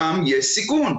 שם יש סיכון.